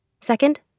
Second